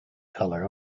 color